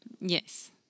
Yes